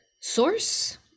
source